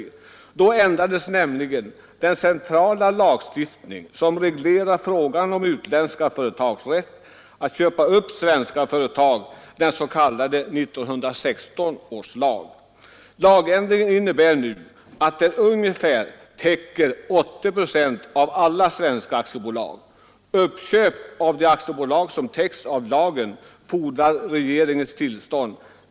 Då ändrades nämligen den centrala lagstiftning som reglerar frågan om utländska företags rätt att köpa upp svenska företag, den s.k. 1916 års lag. Lagändringen medförde att lagen nu täcker ungefär 80 procent av alla svenska aktiebolag. Uppköp av de aktiebolag som täcks av lagen fordrar regeringens tillstånd.